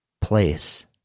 place